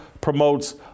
promotes